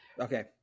okay